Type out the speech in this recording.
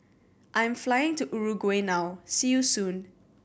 I'm flying to Uruguay now see you soon